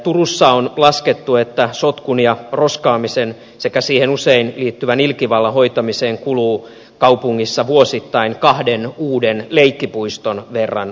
turussa on laskettu että sotkun ja roskaamisen sekä siihen usein liittyvään ilkivallan hoitamiseen kuluu kaupungissa vuosittain kahden uuden leikkipuiston verran rahaa